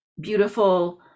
beautiful